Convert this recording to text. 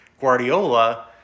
Guardiola